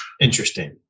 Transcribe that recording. interesting